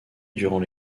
durant